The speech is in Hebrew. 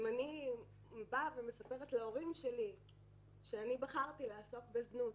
אם אני באה ומספרת להורים שלי שאני בחרתי לעסוק בזנות,